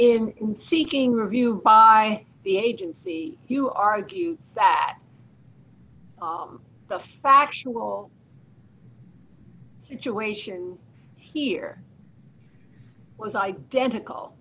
in seeking review by the agency you argue that the factual situation here was identical